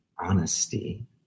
honesty